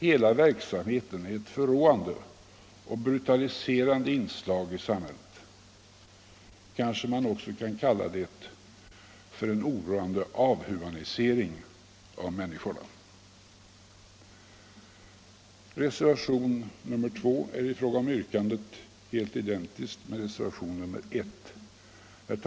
Hela verksamheten är ett förråande och brutaliserande inslag i samhället. Kanske man också kan kalla det för en oroande avhumanisering av människorna. Herr talman! Jag yrkar bifall till reservation nr 1.